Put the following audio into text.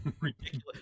ridiculous